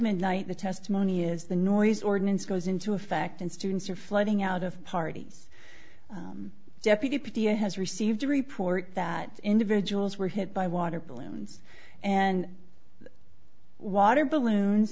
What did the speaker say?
midnight the testimony is the noise ordinance goes into effect and students are flooding out of parties deputy pm has received a report that individuals were hit by water balloons and water balloons